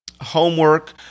homework